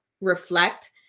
reflect